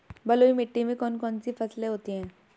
बलुई मिट्टी में कौन कौन सी फसलें होती हैं?